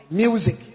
music